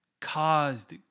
caused